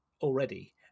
already